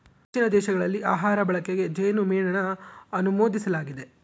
ಹೆಚ್ಚಿನ ದೇಶಗಳಲ್ಲಿ ಆಹಾರ ಬಳಕೆಗೆ ಜೇನುಮೇಣನ ಅನುಮೋದಿಸಲಾಗಿದೆ